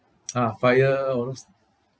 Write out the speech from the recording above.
ah fire all those